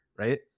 Right